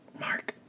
Mark